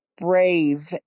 brave